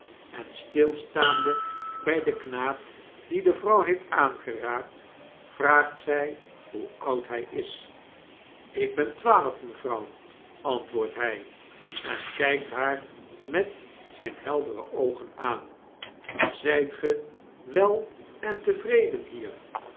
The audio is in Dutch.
en stilstaande bjj den knaap dien de vrouw heeft aangeraakt vraagt zy hoe oud hfl is ik ben twaalf mevrouw antwoordde hg en kijkt haar met zyn heldere oogen aan zjjt ge wel en tevreden hier